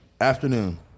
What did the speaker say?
Afternoon